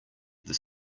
this